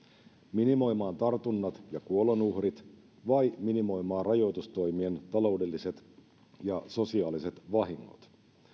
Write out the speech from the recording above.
minimoimaan tartunnat ja kuolonuhrit vai minimoimaan rajoitustoimien taloudelliset ja sosiaaliset vahingot